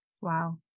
Wow